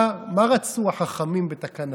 מה רצו החכמים בתקנתם?